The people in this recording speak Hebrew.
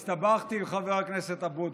אז אני הסתבכתי עם חבר הכנסת אבוטבול,